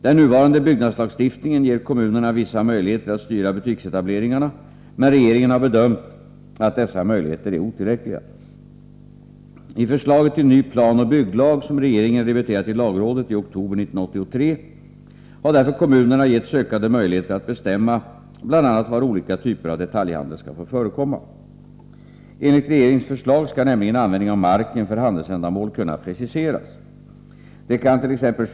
Den nuvarande byggnadslagstiftningen ger kommunerna vissa möjligheter att styra butiksetableringarna, men regeringen har bedömt att dessa möjligheter är otillräckliga. I förslaget till ny planoch bygglag som regeringen remitterade till lagrådet i oktober 1983 har därför kommunerna givits ökade möjligheter att bestämma bl.a. var olika typer av detaljhandel skall få förekomma. Enligt regeringens förslag skall nämligen användningen av marken för handelsändamål kunna preciseras. Detta kant.ex.